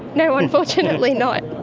no, unfortunately not.